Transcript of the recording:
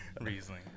riesling